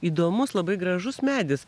įdomus labai gražus medis